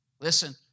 Listen